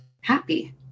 happy